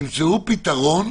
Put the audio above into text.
תמצאו פתרון.